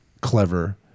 clever